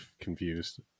confused